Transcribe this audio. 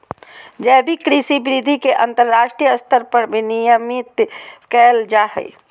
जैविक कृषि विधि के अंतरराष्ट्रीय स्तर पर विनियमित कैल जा हइ